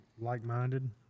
like-minded